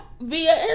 Via